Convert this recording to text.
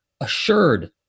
assured